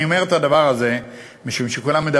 אני אומר את הדבר הזה משום שכולם שואלים: